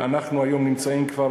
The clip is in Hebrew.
היום כבר